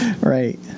Right